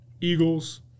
Eagles